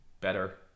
better